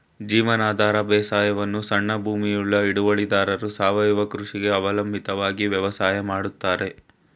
ಜೀವನಾಧಾರ ಬೇಸಾಯವನ್ನು ಸಣ್ಣ ಭೂಮಿಯುಳ್ಳ ಹಿಡುವಳಿದಾರರು ಸಾವಯವ ಕೃಷಿಗೆ ಅವಲಂಬಿತವಾಗಿ ವ್ಯವಸಾಯ ಮಾಡ್ತರೆ